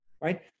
right